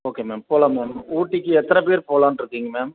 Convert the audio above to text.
okay ma'am போகலாம் ma'am ஊட்டிக்கு எத்தனை பேர் போகலான்ருக்கீங்க மேம்